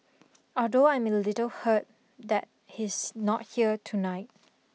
although I'm a little hurt that he's not here tonight